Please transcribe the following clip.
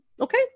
okay